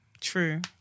True